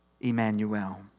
Emmanuel